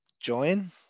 join